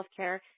healthcare